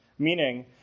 Meaning